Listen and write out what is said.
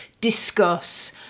discuss